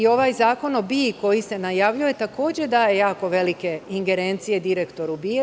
Ovaj Zakon o BIA koji se najavljuje takođe daje jako velike ingerencije direktoru BIA.